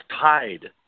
tied